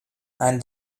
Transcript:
and